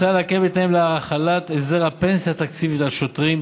מוצע להקל בתנאים להחלת הסדר הפנסיה התקציבית על שוטרים,